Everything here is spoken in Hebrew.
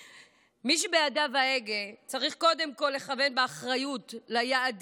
מי שבידיו ההגה צריך קודם כול לכוון באחריות ליעדים כולם,